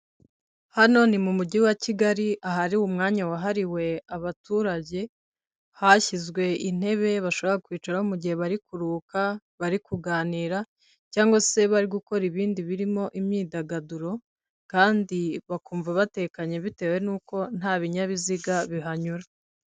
Hano ni mu mujyi wa Kigali ahari umwanya wahariwe abaturage, hashyizwe intebe bashobora kwicaraho mu gihe bari kuruhuka, bari kuganira cyangwa se bari gukora ibindi birimo imyidagaduro, kandi bakumva batekanye bitewe nuko nta binyabiziga bihanyura.